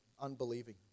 unbelieving